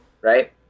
right